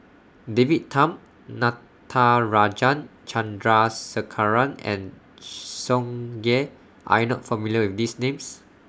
David Tham Natarajan Chandrasekaran and Tsung Yeh Are YOU not familiar with These Names